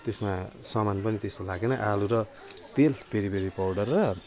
त्यसमा सामान पनि त्यस्तो लागेन आलु र तेल पेरिपेरी पाउडर र